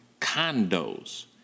Condos